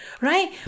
right